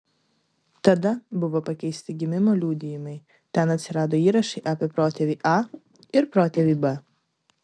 tada buvo pakeisti gimimo liudijimai ten atsirado įrašai apie protėvį a ir protėvį b